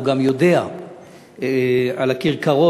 הוא גם יודע על הכרכרות,